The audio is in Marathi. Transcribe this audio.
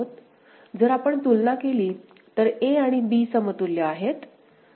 जर आपण तुलना केली तर a आणि b समतुल्य आहेत